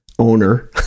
owner